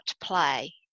play